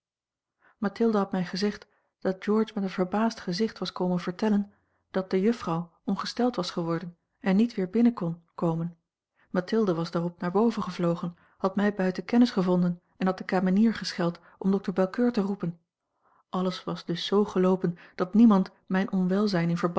mathilde had mij gezegd dat george met een verbaasd gezicht was komen vertellen dat de juffrouw ongesteld was geworden en niet weer binnen kon komen mathilde was daarop naar boven gevlogen had mij buiten kennis gevonden en had de kamenier gescheld om dokter belcoeur te roepen alles was dus zoo geloopen dat niemand mijn onwelzijn in